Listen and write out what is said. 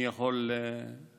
אני יכול להמשיך.